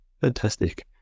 Fantastic